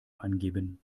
angeben